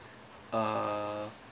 uh